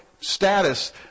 status